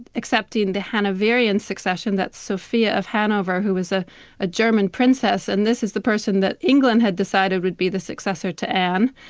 accepting the hanoverian succession that sophia of hanover, who was a german princess, and this is the person that england had decided would be the successor to anne,